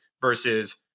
versus